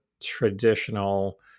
traditional